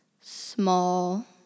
small